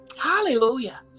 Hallelujah